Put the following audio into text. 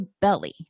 belly